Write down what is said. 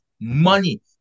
Money